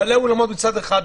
גם בעלי האולמות מסכנים,